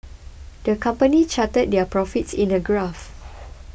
the company charted their profits in a graph